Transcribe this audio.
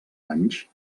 anys